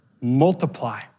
multiply